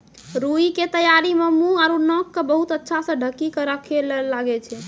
रूई के तैयारी मं मुंह आरो नाक क बहुत अच्छा स ढंकी क राखै ल लागै छै